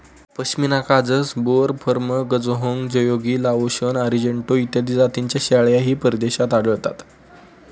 पश्मिना काजस, बोर, फर्म, गझहोंग, जयोगी, लाओशन, अरिजेंटो इत्यादी जातींच्या शेळ्याही परदेशात आढळतात